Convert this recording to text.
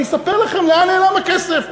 אני אספר לכם לאן נעלם הכסף.